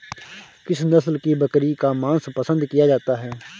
किस नस्ल की बकरी का मांस पसंद किया जाता है?